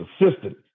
assistant